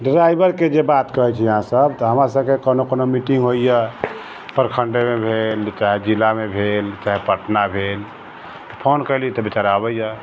ड्राइवरके जे बात कहे छी अहाँ सब तऽ हमरा सबके कोनो कोनो मीटिंग होइए प्रखण्डेमे भेल चाहे जिलामे भेल चाहे पटना भेल फोन कयली तऽ बेचारा अबैए